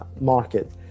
market